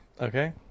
Okay